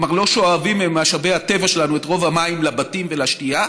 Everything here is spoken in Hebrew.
כלומר לא שואבים ממשאבי הטבע שלנו את רוב המים לבתים ולשתייה,